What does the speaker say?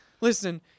Listen